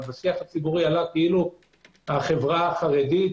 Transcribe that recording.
אבל בשיח הציבורי עלה כאילו החברה החרדית